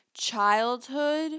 childhood